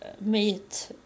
meet